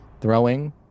throwing